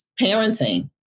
parenting